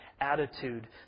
attitude